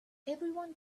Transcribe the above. everyone